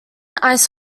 ice